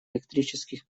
электрических